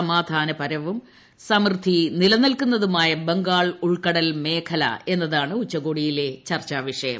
സമാധാനപരവും സമൃദ്ധി നിൽനിൽക്കുന്നതുമായ ബംഗാൾ ഉൾക്കടൽ മേഖല എന്നുതാണ് ഉച്ചകോടിയിലെ ചർച്ചാ വിഷയം